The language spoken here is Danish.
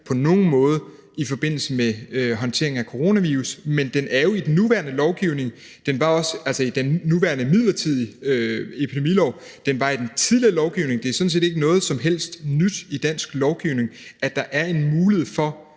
at diskutere i forbindelse med håndteringen af coronavirus. Men den er jo i den nuværende lovgivning, altså i den nuværende midlertidige epidemilov. Den var i den tidligere lovgivning. Det er sådan set ikke noget som helst nyt i dansk lovgivning, at der en mulighed for